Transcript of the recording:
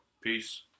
Peace